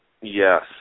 Yes